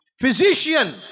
Physician